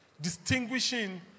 distinguishing